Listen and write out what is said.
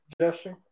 gesture